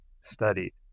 studied